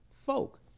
folk